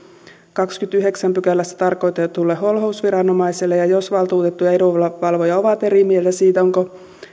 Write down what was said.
kahdennessakymmenennessäyhdeksännessä pykälässä tarkoitetulle holhousviranomaiselle jos valtuutettu ja edunvalvoja ovat eri mieltä siitä onko